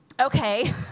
okay